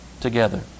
together